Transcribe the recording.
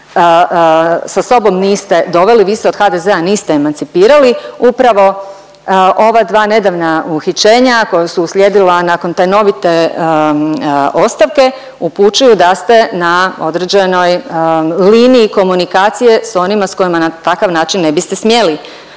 sa sobom niste doveli, vi se od HDZ-a niste emancipirali. Upravo ova dva nedavna uhićenja koja su uslijedila nakon tajnovite ostavke upućuju da ste na određenoj liniji komunikacije s onima s kojima na takav način ne biste smjeli